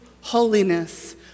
holiness